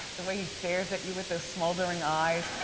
the way he stares at you with those smoldering eyes.